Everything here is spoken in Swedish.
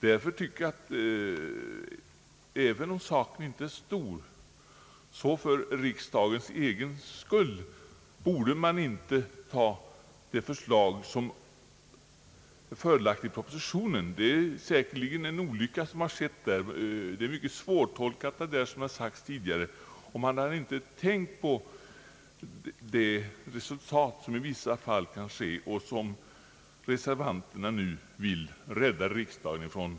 Därför tycker jag att även om saken inte är stor så borde man för riksdagens egen skull inte bifalla det förslag som förelagts i propositionen. Det är säkerligen ett förbiseende som skett där. Paragrafen är som tidigare sagts mycket svårtolkad, och man har inte tänkt på de resultat som i vissa fall kan uppstå och som reservanterna nu vill rädda riksdagen från.